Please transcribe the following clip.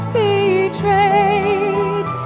betrayed